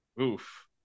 Oof